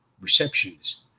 receptionist